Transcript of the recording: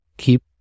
keep